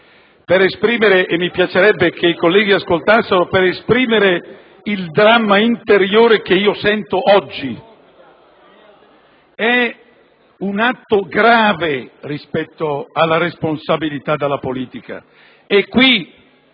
per esprimere - e mi piacerebbe che i colleghi ascoltassero - il dramma interiore che sto vivendo oggi: è un atto grave rispetto alla responsabilità della politica. Vengo